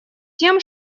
тем